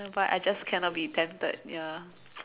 but I just cannot be tempted ya